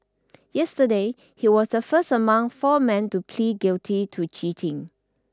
yesterday he was the first among four men to plead guilty to cheating